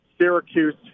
Syracuse